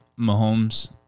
Mahomes